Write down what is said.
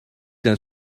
d’un